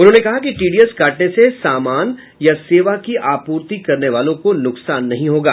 उन्होंने कहा कि टीडीएस काटने से सामान या सेवा की आपूर्ति करने वालों को नुकसान नहीं होगा